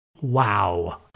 Wow